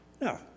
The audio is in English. No